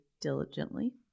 diligently